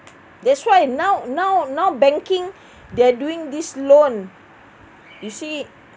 that's why now now now banking they're doing this loan you see